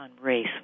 race